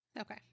Okay